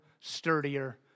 sturdier